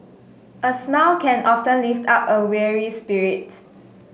a smile can often lift up a weary spirit